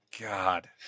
God